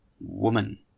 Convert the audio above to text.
Woman